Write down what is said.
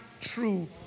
true